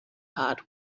part